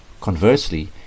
Conversely